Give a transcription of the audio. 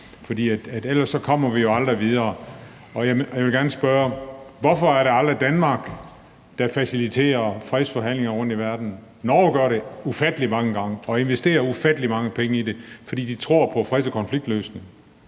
for ellers kommer vi jo aldrig videre. Jeg vil gerne spørge: Hvorfor er det aldrig Danmark, der faciliterer fredsforhandlinger rundtomkring i verden? Norge gør det ufattelig mange gange og investerer ufattelig mange penge i det, fordi de tror på freds- og konfliktløsning.